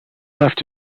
left